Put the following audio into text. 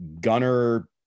gunner